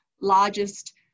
largest